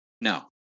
No